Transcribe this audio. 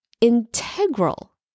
integral